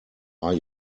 are